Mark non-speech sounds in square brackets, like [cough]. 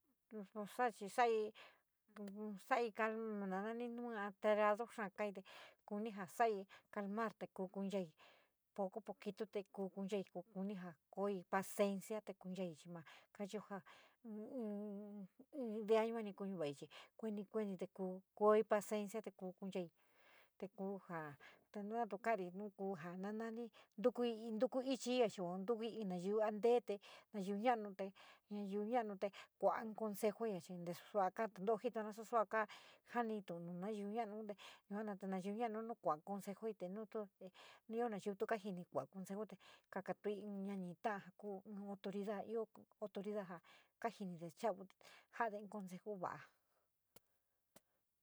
[hesitation] nou alterado xaa kai kuni jou sai calmar te kou kunai pou, poquito kou konchai poco, poquito kuu kunchai chi nu calmado xaa kaite jou in kunai vichii kuoni, kueni kai paciencia kou konehai jou jou tennte kar kou jou ma nanai kou intou chi i chiou ntu ioui tuku ichi tukou in naiyú initte te naiyou inouta naiyú naamou te kou ale i consejo achii sou kai tentou titoua susu sou kai jou inti jou nou yuu sou naiyou jou nou te, naiyú nou iou kua´a consejo t, kakkotuin in kou autoridad ja kaijini de xiau te kuade in consejo.